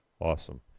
Awesome